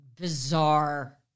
bizarre